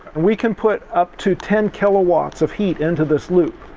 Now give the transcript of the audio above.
we can put up to ten kilowatts of heat into this loop.